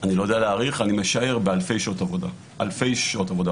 אני לא יודע להעריך; אני משער באלפי שעות עבודה,